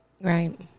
Right